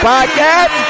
Podcast